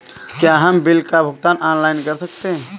क्या हम बिल का भुगतान ऑनलाइन कर सकते हैं?